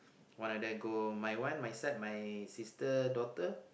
all like that go my son my sister daughter